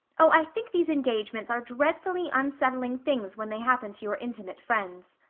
oh, i think these engagements are dreadfully unsettling things when they happen to your intimate friends.